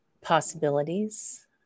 possibilities